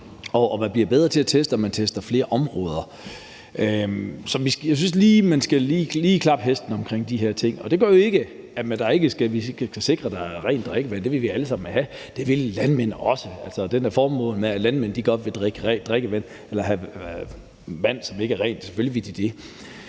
man bliver bedre til at teste, og man tester flere områder. Så jeg synes lige, vi skal klappe hesten omkring de her ting. Det gør jo ikke, at vi ikke skal sikre, at der er rent drikkevand, det vil vi alle sammen have, og det vil landmænd også. Det er en skrøne, at landmænd ikke vil drikke rent drikkevand, for selvfølgelig vil